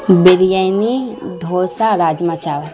بریانی ڈھوسا راجما چاول